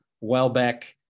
Welbeck